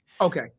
Okay